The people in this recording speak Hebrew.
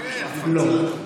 לא.